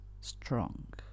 strong